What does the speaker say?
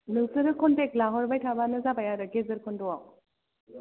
नोंसोरो कन्टेक लाहरबाय थाबानो जाबाय आरो गेजेर खन्दआव